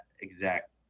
exact